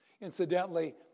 Incidentally